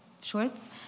shorts